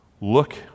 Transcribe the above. Look